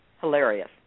Hilarious